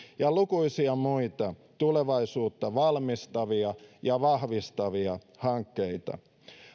ja lukuisia muita tulevaisuutta valmistavia ja vahvistavia hankkeita